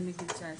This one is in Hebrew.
שזה מגיל 19?